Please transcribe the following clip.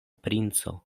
princo